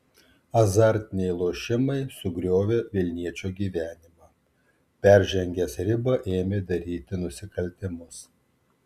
azartiniai lošimai sugriovė vilniečio gyvenimą peržengęs ribą ėmė daryti nusikaltimus